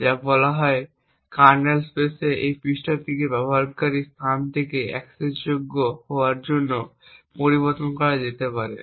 যা বলা হয় কার্নেল স্পেসে এই পৃষ্ঠাটিকে ব্যবহারকারীর স্থান থেকে অ্যাক্সেসযোগ্য হওয়ার জন্য পরিবর্তন করা যেতে পারে